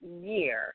year